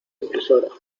impresora